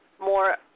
more